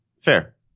Fair